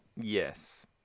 Yes